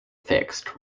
fixed